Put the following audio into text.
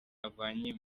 avanye